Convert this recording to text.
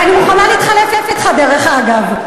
אני מוכנה להתחלף אתך, דרך אגב.